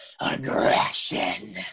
aggression